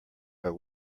but